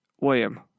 William